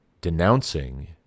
denouncing